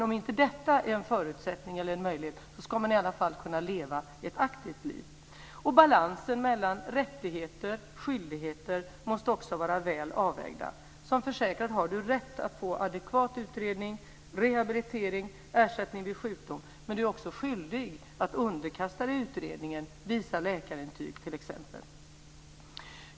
Om inte detta är en möjlighet ska man i alla fall kunna leva ett aktivt liv. Balansen mellan rättigheter och skyldigheter måste också vara väl avvägd. Som försäkrad har du rätt att få adekvat utredning, rehabilitering, ersättning vid sjukdom. Men du är också skyldig att underkasta dig utredningen och t.ex. visa läkarintyg.